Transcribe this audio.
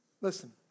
listen